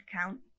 account